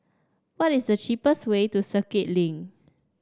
what is the cheapest way to Circuit Link